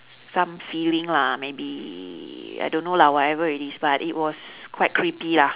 some feeling lah maybe I don't know lah whatever it is but it was quite creepy lah